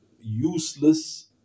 useless